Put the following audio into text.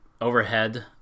overhead